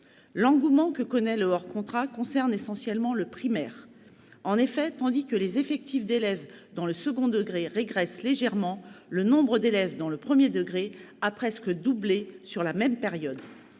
L'engouement que connaît le secteur privé hors contrat concerne essentiellement le primaire. En effet, tandis que les effectifs d'élèves dans le second degré régressent légèrement, le nombre d'élèves dans le premier degré a presque doublé sur la même période.